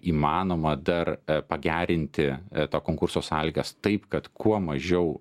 įmanoma dar pagerinti konkurso sąlygas taip kad kuo mažiau